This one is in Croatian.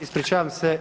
Ispričavam se.